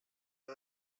the